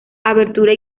abertura